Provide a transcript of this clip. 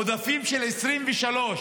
עודפים של 2023,